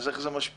אז איך זה משפיע?